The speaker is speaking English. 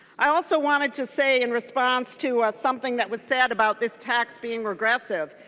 i also want to say in response to something that was said about this tax being regressive.